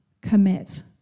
commit